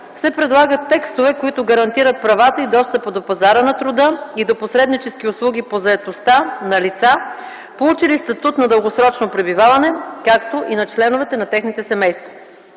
се предлагат текстове, който гарантират правата и достъпа до пазара на труда и до посреднически услуги по заетостта на лица, получили статут на дългосрочно пребиваване, както и на членовете на техните семейства.